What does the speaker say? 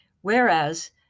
whereas